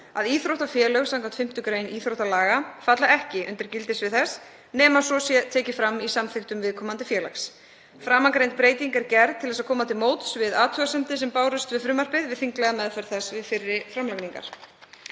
að íþróttafélög samkvæmt 5. gr. íþróttalaga falla ekki undir gildissvið þess nema svo sé tekið fram í samþykktum viðkomandi félags. Framangreind breyting er gerð til að koma til móts við athugasemdir sem bárust við frumvarpið við þinglega meðferð þess við fyrri framlagningar.